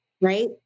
right